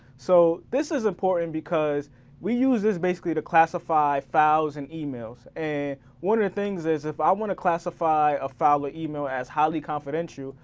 so this is important because we use this basically to classify files and emails and one of the things is if i want to classify a file or email as highly confidential,